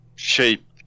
shape